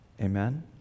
Amen